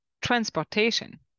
transportation